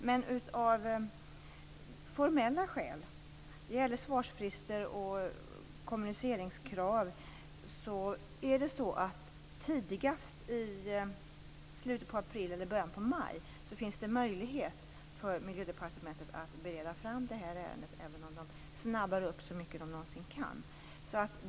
Men av formella skäl, det gäller svarsfrister och kommuniceringskrav, finns det tidigast i slutet av april eller början av maj möjlighet för Miljödepartementet att begära fram det här ärendet, även om det snabbas upp så mycket det någonsin går.